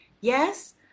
Yes